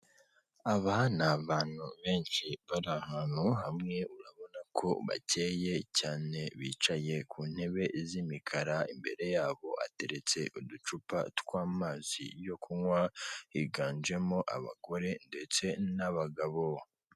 Aba ni abantu benshi bari ahantu hamwe, urabona ko bakeye cyane bicaye ku ntebe z'imikara, imbere yabo hateretse uducupa tw'amazi, yo kunywa higanjemo abagore ndetse n'abagabo.